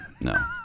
No